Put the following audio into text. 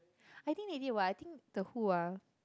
I think they did what I think the who ah